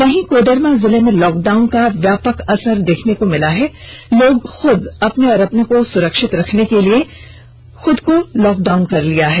वहीं कोडरमा जिले में लॉक डाउन का व्यापक असर दिखने लगा है लोग खूद अपने और अपनों को सुरक्षित रखने के लिए खूद को लॉक डाउन कर लिया है